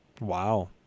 Wow